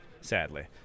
sadly